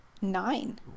nine